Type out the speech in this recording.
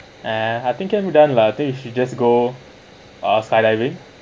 and I think can be done lah I think we should just go uh skydiving